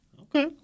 Okay